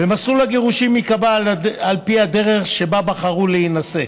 ומסלול הגירושין ייקבע על פי הדרך שבה בחרו להינשא.